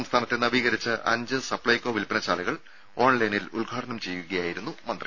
സംസ്ഥാനത്തെ നവീകരിച്ച അഞ്ച് സപ്ലൈകോ വിൽപ്പന ശാലകൾ ഓൺലൈനിൽ ഉദ്ഘാടനം ചെയ്യുകയായിരുന്നു മന്ത്രി